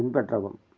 பின்பற்றவும்